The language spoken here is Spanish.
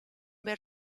ver